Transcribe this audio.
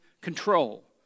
control